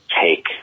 take